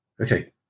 Okay